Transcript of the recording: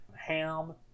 ham